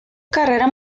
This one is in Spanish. carrera